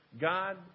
God